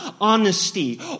honesty